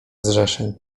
zrzeszeń